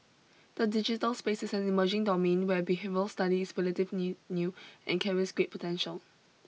the digital space is an emerging domain where behavioural study is relatively new and carries great potential